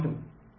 2